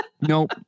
Nope